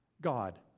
God